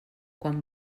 quan